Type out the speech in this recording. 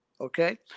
okay